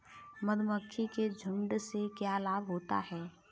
मधुमक्खी के झुंड से क्या लाभ होता है?